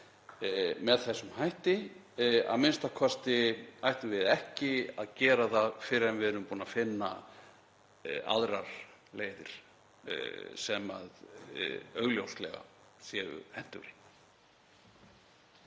með þessum hætti, a.m.k. ættum við ekki að gera það fyrr en við erum búin að finna aðrar leiðir sem augljóslega séu hentugri.